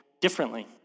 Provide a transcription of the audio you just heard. differently